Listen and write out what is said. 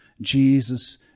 Jesus